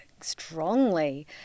strongly